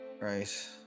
Right